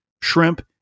shrimp